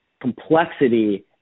complexity